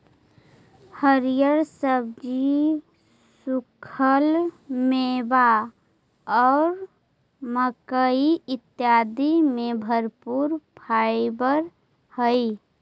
हरिअर सब्जि, सूखल मेवा और मक्कइ आदि में भरपूर फाइवर हई